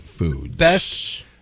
Best